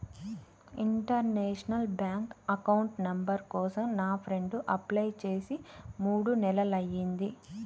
international bank account number కోసం నా friend apply చేసి మూడు నెలలయ్యింది